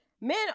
men